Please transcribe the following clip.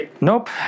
Nope